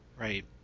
Right